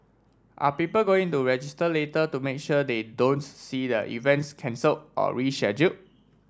are people going to register later to make sure they don't see their events cancelled or reschedule